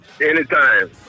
Anytime